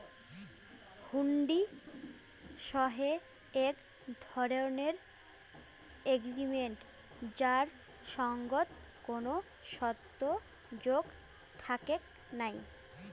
হুন্ডি হসে এক ধরণের এগ্রিমেন্ট যাইর সঙ্গত কোনো শর্ত যোগ থাকেক নাই